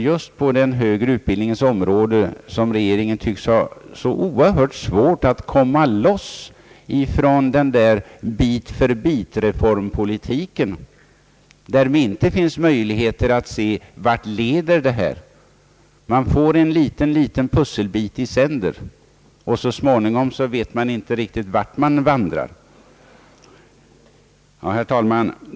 Just på den högre utbildningens område tycks regeringen ha oerhört svårt att komma loss från sin bit för bit-politik, vilket gör att det inte finns möjligheter att se helheten. Herr talman!